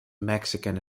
mexican